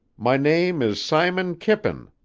my name is simon kippen,